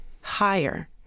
higher